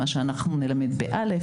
מה שאנחנו נלמד ב-א',